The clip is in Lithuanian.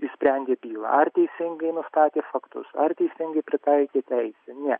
išsprendė bylą ar teisingai nustatė faktus ar teisingai pritaikė tai ne